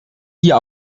hier